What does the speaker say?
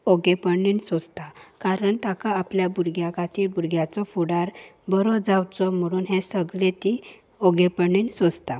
ओगेपणीन सोंसता कारण ताका आपल्या भुरग्या खातीर भुरग्याचो फुडार बरो जावचो म्हणून हें सगलें ती ओगेपणणीन सोंसता